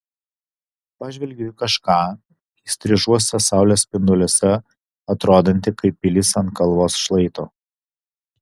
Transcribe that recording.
pažvelgiu į kažką įstrižuose saulės spinduliuose atrodantį kaip pilis ant kalvos šlaito